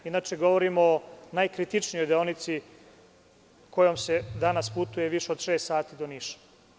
Inače, govorimo o najkritičnijoj deonici kojom se danas putuje više od šest sati do Niša.